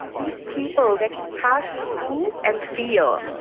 these people, they can partially move and feel,